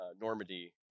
Normandy